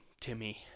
Timmy